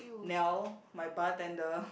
Niel my bartender